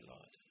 Lord